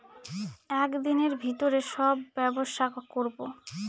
এক দিনের ভিতরে সব ব্যবসা করবো